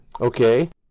Okay